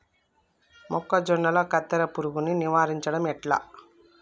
మొక్కజొన్నల కత్తెర పురుగుని నివారించడం ఎట్లా?